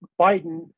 Biden